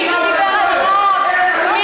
והוא כינה אותן "גויות" מישהו דיבר על הרב הצבאי?